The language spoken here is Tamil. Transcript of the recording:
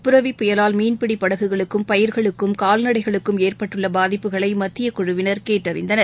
புரவி புயலால் மீன்பிடி படகுகளுக்கும் பயிர்களுக்கும் கால்நடைகளுக்கும் ஏற்பட்டுள்ள பாதிப்புகளை மத்தியக்குழுவினர் கேட்டறிந்தனர்